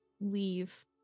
leave